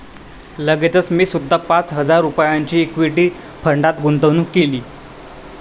लगेचच मी सुद्धा पाच हजार रुपयांची इक्विटी फंडात गुंतवणूक केली